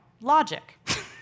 logic